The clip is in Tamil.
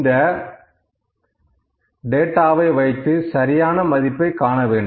இந்த டேட்டாவை வைத்து சரியான மதிப்பை காண வேண்டும்